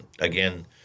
again